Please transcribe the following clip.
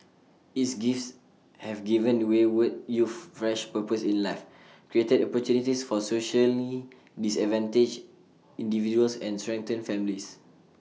its gifts have given the wayward youth fresh purpose in life created opportunities for socially disadvantaged individuals and strengthened families